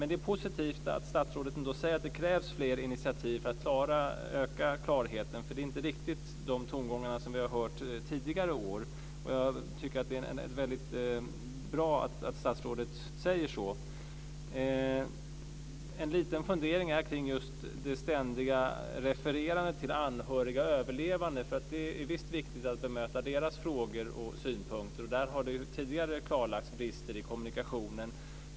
Det är positivt att statsrådet ändå säger att det krävs fler initiativ för att öka klarheten, för det är inte riktigt de tongångar som vi har hört tidigare år. Jag tycker att det är väldigt bra att statsrådet säger så. Jag har en liten fundering kring just det ständiga refererandet till anhöriga och överlevande. Det är visst viktigt att bemöta deras frågor och synpunkter, och där har det ju tidigare klarlagts brister i kommunikationen.